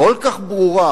כל כך ברורה,